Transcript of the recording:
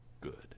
good